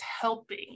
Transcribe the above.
helping